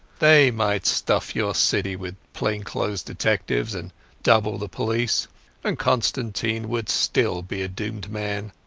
they might stuff your city with plain-clothes detectives and double the police and constantine would still be a doomed man.